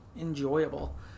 enjoyable